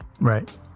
right